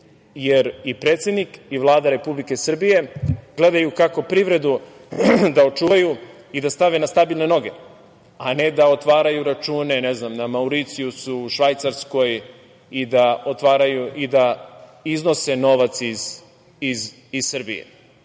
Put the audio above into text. jer i predsednik i Vlada Republike Srbije gledaju kako privredu da očuvaju i da stave na stabilne noge, a ne da otvaraju račune, ne znam na Mauricijusu, u Švajcarskoj i da iznose novac iz Srbije.